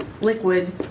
liquid